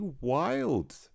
wild